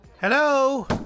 Hello